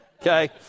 Okay